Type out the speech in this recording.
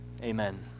amen